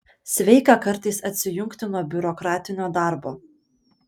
sveika kartais atsijungti nuo biurokratinio darbo